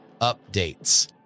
updates